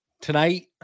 Tonight